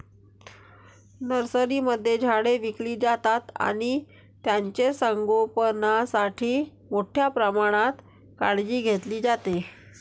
नर्सरीमध्ये झाडे विकली जातात आणि त्यांचे संगोपणासाठी मोठ्या प्रमाणात काळजी घेतली जाते